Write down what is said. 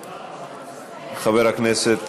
בבקשה, גברתי,